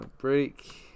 Break